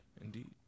indeed